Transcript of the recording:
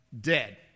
dead